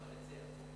מה אתה מציע?